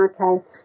okay